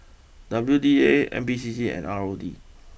W D A N P C C and R O D